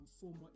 former